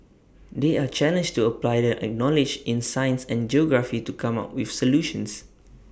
they are challenged to apply their acknowledge in science and geography to come up with solutions